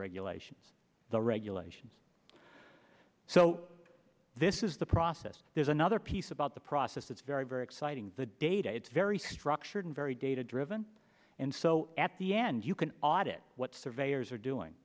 regulations the regulations so this is the process there's another piece about the process it's very very exciting the data it's very structured very data driven and so at the end you can audit what surveyors are doing